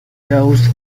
those